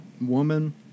woman